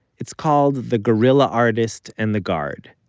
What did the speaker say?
it's called, the guerilla artist and the guard,